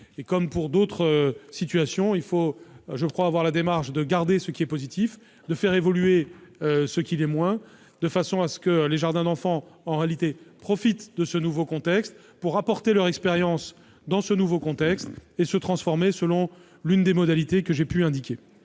Comme dans d'autres situations, il faut, je crois, avoir la démarche de garder ce qui est positif, de faire évoluer ce qui l'est moins, de sorte que les jardins d'enfants profitent de ce nouveau contexte pour apporter leur expérience et se transformer selon l'une des modalités que j'ai indiquées.